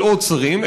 של עוד שרים,